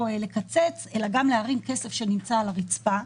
לקצץ אלא גם להרים כסף שנמצא על הרצפה.